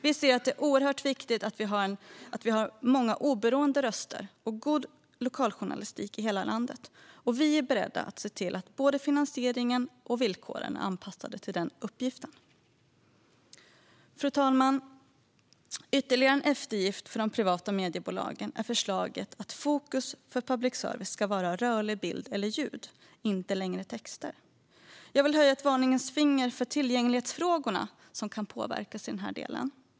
Vi anser att det är oerhört viktigt att vi har många oberoende röster och god lokaljournalistik i hela landet, och vi är beredda att se till att både finansiering och villkor är anpassade till den uppgiften. Fru talman! Ytterligare en eftergift till de privata mediebolagen är förslaget att fokus för public service ska vara på rörlig bild och ljud och inte längre på text. Jag vill höja ett varningens finger för att detta kan påverka tillgängligheten.